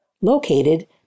located